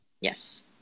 Yes